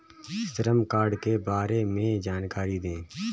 श्रम कार्ड के बारे में जानकारी दें?